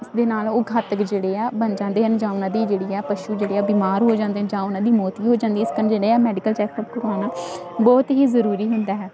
ਇਸ ਦੇ ਨਾਲ ਉਹ ਘਾਤਕ ਜਿਹੜੇ ਆ ਬਣ ਜਾਂਦੇ ਹਨ ਜਾਂ ਉਹਨਾਂ ਦੀ ਜਿਹੜੀ ਆ ਪਸ਼ੂ ਜਿਹੜੇ ਆ ਬਿਮਾਰ ਹੋ ਜਾਂਦੇ ਜਾਂ ਉਹਨਾਂ ਦੀ ਮੌਤ ਵੀ ਹੋ ਜਾਂਦੀ ਇਸ ਕਾਰਨ ਜਿਹੜੇ ਆ ਮੈਡੀਕਲ ਚੈਕ ਅਪ ਕਰਵਾਉਣਾ ਬਹੁਤ ਹੀ ਜ਼ਰੂਰੀ ਹੁੰਦਾ ਹੈ